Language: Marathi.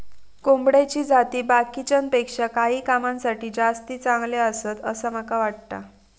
कोंबड्याची जाती बाकीच्यांपेक्षा काही कामांसाठी जास्ती चांगले आसत, असा माका वाटता